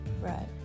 right